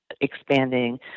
expanding